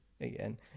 Again